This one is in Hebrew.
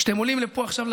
כשאתם עולים עכשיו לפה,